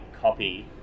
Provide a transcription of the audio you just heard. copy